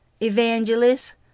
Evangelists